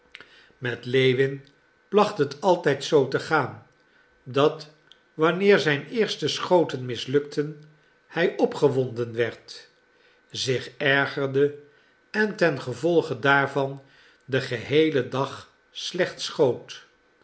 met lewin placht het altijd zoo te gaan dat wanneer zijn eerste schoten mislukten hij opgewonden werd zich ergerde en ten gevolge daarvan den geheelen dag slecht schoot